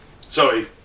Sorry